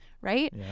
right